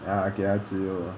ah 给他自由